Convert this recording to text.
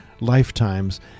lifetimes